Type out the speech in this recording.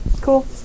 cool